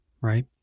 right